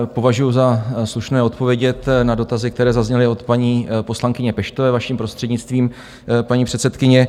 Považuji za slušné odpovědět na dotazy, které zazněly od paní poslankyně Peštové, vaším prostřednictvím, paní předsedkyně.